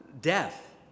death